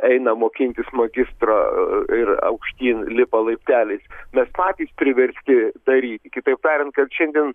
eina mokintis magistro ir aukštyn lipa laipteliais mes patys priversti daryti kitaip tariant kad šiandien